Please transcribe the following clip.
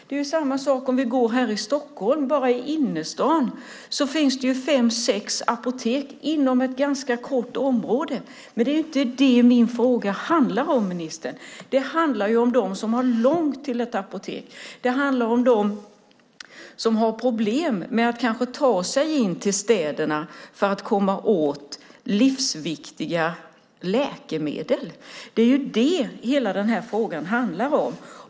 Det är samma sak om vi går här i Stockholm. Bara i innerstan finns det fem sex apotek inom ett ganska litet område. Men det är inte vad min fråga handlar om, ministern. Det handlar om dem som har långt till ett apotek och problem med att kanske ta sig in till städerna för att komma åt kanske livsviktiga läkemedel. Det är vad hela den här frågan handlar om.